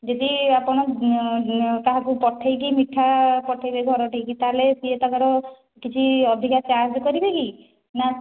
ଯଦି ଆପଣ କାହାକୁ ପଠାଇକି ମିଠା ପଠାଇବେ ଘରଠି ତା'ହେଲେ ସିଏ ତାଙ୍କର କିଛି ଅଧିକା ଚାର୍ଜ କରିବେ କି ନା